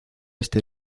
este